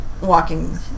walking